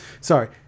sorry